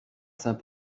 saint